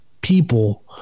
people